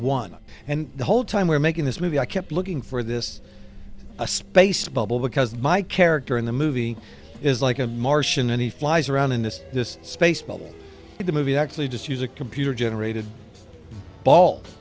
one and the whole time we're making this movie i kept looking for this a space bubble because my character in the movie is like a martian and he flies around in this this space bubble and the movie actually just use a computer generated